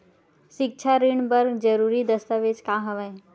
सिक्छा ऋण बर जरूरी दस्तावेज का हवय?